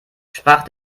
sprach